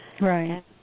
Right